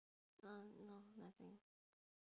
uh no nothing